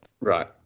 Right